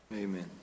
Amen